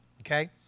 Okay